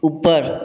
ऊपर